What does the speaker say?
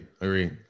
Agree